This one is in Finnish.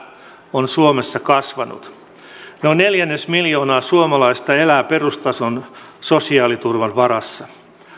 on suomessa kasvanut noin neljännesmiljoona suomalaista elää perustason sosiaaliturvan varassa